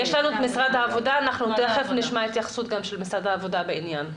נמצאים פה נציגי משרד העבודה ואנחנו תכף נשמע התייחסות שלהם בעניין.